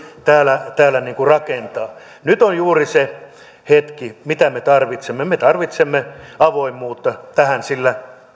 täällä täällä rakentaa nyt on juuri se hetki mitä me tarvitsemme me tarvitsemme avoimuutta tähän sillä